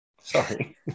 Sorry